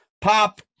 pop